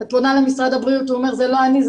את פונה למשרד הבריאות הוא אומר זה לא אני,